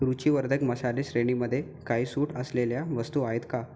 रूचिवर्धक मसाले श्रेणीमध्ये काही सूट असलेल्या वस्तू आहेत का